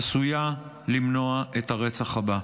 עשויה למנוע את הרצח הבא.